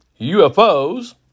UFOs